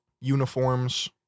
Uniforms